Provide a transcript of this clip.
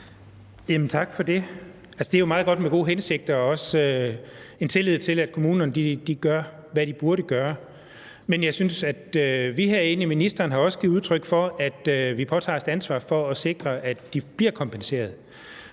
Tak for det. Altså, det er jo meget godt med gode hensigter og også en tillid til, at kommunerne gør, hvad de burde gøre, men jeg synes, at vi herinde – det har ministeren også givet udtryk for – påtager os et ansvar for, at de bliver kompenseret.